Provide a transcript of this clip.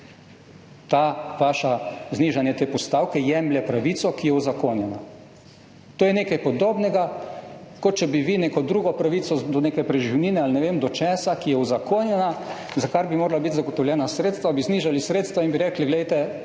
To vaše znižanje te postavke jemlje pravico, ki je uzakonjena. To je nekaj podobnega, kot če bi vi za neko drugo pravico do neke preživnine ali ne vem do česa, ki je uzakonjena, za kar bi morala biti zagotovljena sredstva, znižali sredstva in bi rekli, glejte,